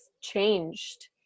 changed